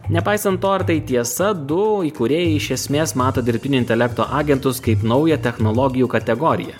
nepaisant to ar tai tiesa du įkūrėjai iš esmės mato dirbtinio intelekto agentus kaip naują technologijų kategoriją